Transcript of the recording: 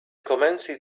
commenced